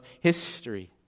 history